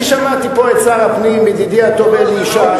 אני שמעתי פה את שר הפנים ידידי הטוב אלי ישי.